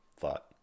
thought